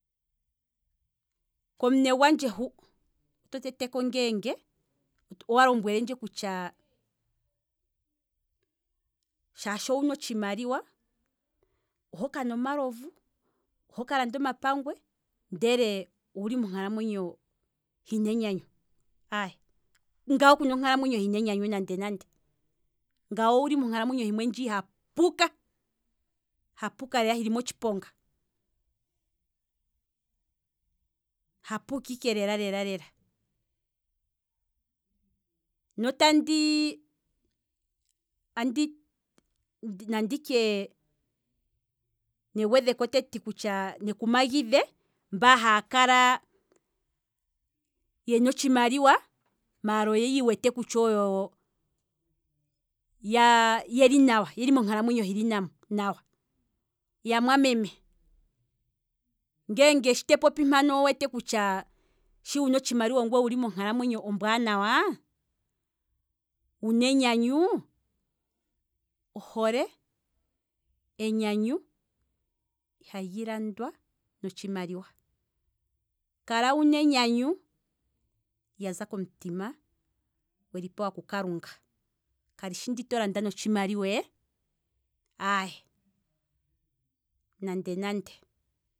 Komune gwandje hu oto teteko ngeenge owa lombwelendje kutya shaashi owuna otshimaliwa ohoka landa omalovu, ohokanwa omapangwe shaashi owuna otshimaliwa owuli monkalamwenyo hina enyanyu, aye ngano kuna onkalamwenyo hina enyanyu nande nande, ngano owuli monkalamwenyo himwe ndji hapuka, hapuka lela hili motshiponga, hapuka ike lela lela, notandi nandi tshe, negwedheko teti kutya, neku magidhe; mba haa kala yena otshimaliwa maala oyiiwete kutya oyo yeli monkalamwenyo hili nawa, yamwameme ngeenge te popi mpano owiiwete kutya owuli monkalamwenyo ombwaanawa, wuna enyanyuu, ohole, enyanyu ihali landwa notshimaliwa, kala wuna enyanyu lyaza komutima weli pewa kukalunga, kalishi ndi tolanda notshimaliwa eee. nande nande